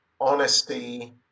honesty